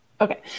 okay